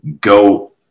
go